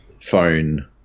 phone